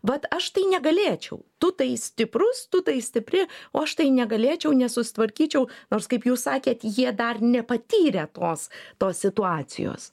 vat aš tai negalėčiau tu tai stiprus tu tai stipri o aš tai negalėčiau nesusitvarkyčiau nors kaip jūs sakėt jie dar nepatyrė tos tos situacijos